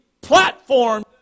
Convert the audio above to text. platform